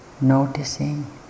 noticing